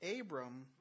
Abram